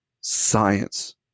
science